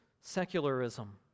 secularism